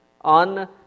on